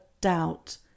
doubt